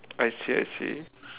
I see I see